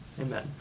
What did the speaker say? Amen